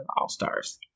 All-Stars